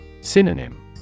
Synonym